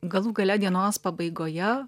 galų gale dienos pabaigoje